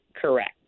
correct